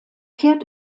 kehrt